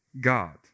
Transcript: God